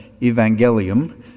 evangelium